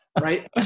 right